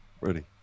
Ready